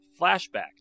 Flashback